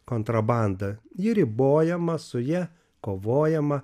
kontrabanda ji ribojama su ja kovojama